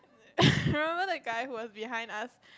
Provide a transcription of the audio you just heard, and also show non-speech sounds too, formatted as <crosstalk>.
<laughs> remember the guy who was behind us